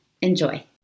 Enjoy